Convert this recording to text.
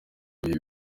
bihe